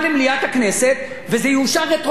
וזה יאושר רטרואקטיבית מ-1 באוגוסט.